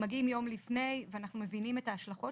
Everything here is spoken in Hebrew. מגייעם יום לפני ואנחנו מבינים את ההשלכות